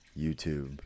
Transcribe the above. YouTube